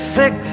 six